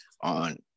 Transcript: on